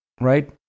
Right